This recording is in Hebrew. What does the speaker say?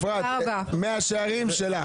אפרת, מאה שערים שלך.